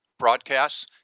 broadcasts